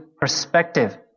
perspective